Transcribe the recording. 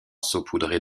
saupoudrée